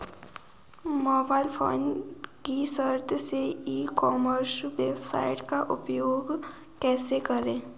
Mobile phone की सहायता से ई कॉमर्स वेबसाइट का उपयोग कैसे करें?